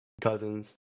Cousins